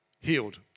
healed